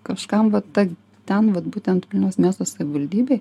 kažkam vat ta ten vat būtent vilniaus miesto savivaldybėj